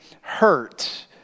hurt